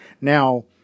Now